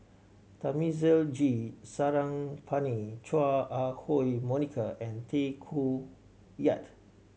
Thamizhavel G Sarangapani Chua Ah Huwa Monica and Tay Koh Yat